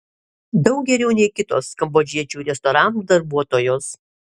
daug geriau nei kitos kambodžiečių restoranų darbuotojos